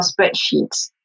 spreadsheets